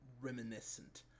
Reminiscent